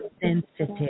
sensitive